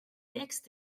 text